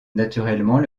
naturellement